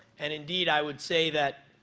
and indeed i would say that